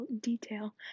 detail